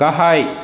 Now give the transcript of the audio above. गाहाय